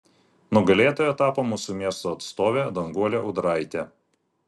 nugalėtoja tapo mūsų miesto atstovė danguolė ūdraitė